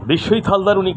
বিশ্বজিৎ হালদার উনি